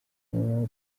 imirimo